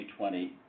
2020